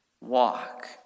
walk